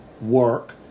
work